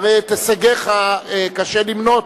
הרי את הישגיך קשה למנות,